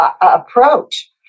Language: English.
approach